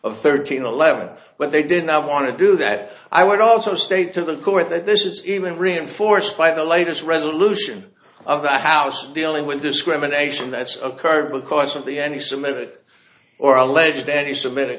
of thirteen eleven but they did not want to do that i would also state to the court that this is even reinforced by the latest resolution of the house dealing with discrimination that's occurred because of the any cement or alleged any semit